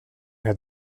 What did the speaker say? had